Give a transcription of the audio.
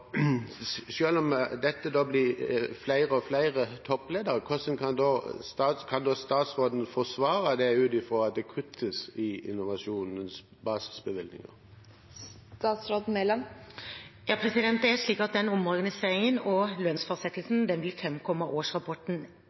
flere toppledere, hvordan kan statsråden forsvare det, ut fra at det kuttes i Innovasjon Norges basisbevilgninger? Det er slik at omorganiseringen og lønnsfastsettelsen vil framkomme av årsrapporten